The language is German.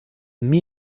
mir